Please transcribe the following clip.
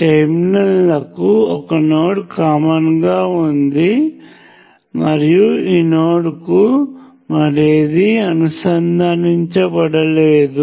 టెర్మినల్లకు ఒక node common గా ఉంది మరియు ఈ నోడ్కు మరేదీ అనుసంధానించలేదు